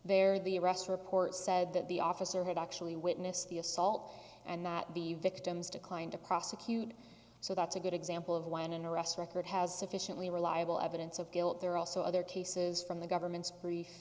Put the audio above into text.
there the arrest report said that the officer had actually witnessed the assault and that the victims declined to prosecute so that's a good example of when an arrest record has sufficiently reliable evidence of guilt there are also other cases from the government's brief